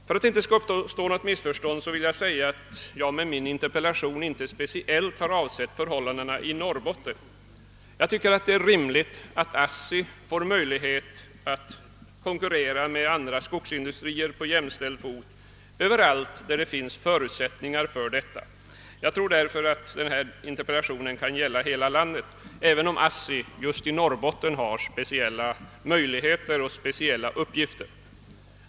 För att det inte skall uppstå något missförstånd vill jag säga att jag med min interpellation inte speciellt har avsett förhållandena i Norrbotten. Jag tycker att det är rimligt att ASSI får möjlighet att konkurrera med andra skogsindustrier pä jämställd fot överallt där det finns förutsättningar för detta. Jag anser därför att denna interpellation kan gälla hela landet, även om ASSI just i Norrbotten har speciella möjligheter och speciella uppgifter.